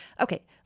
Okay